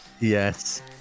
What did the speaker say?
yes